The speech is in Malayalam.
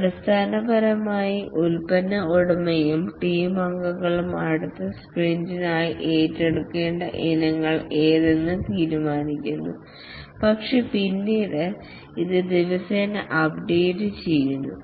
അടിസ്ഥാനപരമായി ഉൽപ്പന്ന ഉടമയും ടീം അംഗങ്ങളും അടുത്ത സ്പ്രിന്റിനായി ഏറ്റെടുക്കേണ്ട ഇനങ്ങൾ ഏതെന്ന് തീരുമാനിക്കുന്നു പക്ഷേ പിന്നീട് ഇത് ദിവസേന അപ്ഡേറ്റു ചെയ്യുന്നു